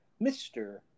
Mr